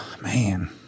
Man